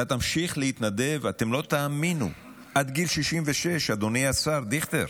אתם לא תאמינו, עד גיל 66, אדוני השר דיכטר.